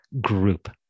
group